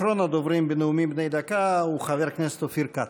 אחרון הדוברים בנאומים בני דקה הוא חבר הכנסת אופיר כץ.